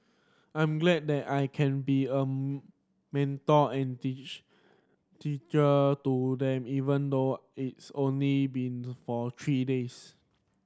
I'm glad that I can be a mentor and teacher to them even though it's only been for three days